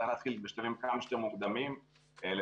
אפשר להתחיל בשלבים כמה שיותר מוקדמים לטפל